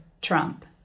Trump